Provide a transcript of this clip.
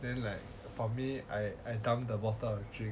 then like for me I I dumped the water of drink